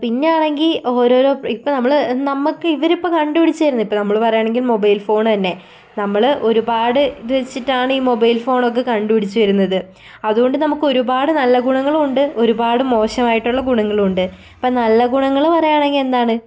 പിന്നെ ആണെങ്കിൽ ഓരോരോ ഇപ്പം നമ്മൾ നമുക്ക് ഇവരിപ്പം കണ്ടു പിടിച്ച് തരുന്ന് ഇപ്പം നമ്മൾ പറയുകയാണെങ്കിൽ മൊബൈൽ ഫോൺ തന്നെ നമ്മൾ ഒരുപാട് ഇത് വെച്ചിട്ടാണ് ഈ മൊബൈൽ ഫോണൊക്കെ കണ്ടുപിടിച്ച് വരുന്നത് അതുകൊണ്ടു നമുക്ക് ഒരുപാട് നല്ല ഗുണങ്ങളുമുണ്ട് ഒരുപാട് മോശമായിട്ടുള്ള ഗുണങ്ങളുമുണ്ട് ഇപ്പം നല്ല ഗുണങ്ങൾ പറയുകയാണെങ്കിൽ എന്താണ്